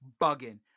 bugging